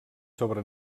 sobre